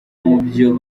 mubyo